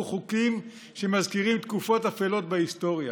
חוקים שמזכירים תקופות אפלות בהיסטוריה?